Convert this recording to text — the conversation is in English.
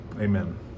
amen